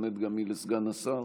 שמופנית גם היא לסגן השר.